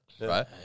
right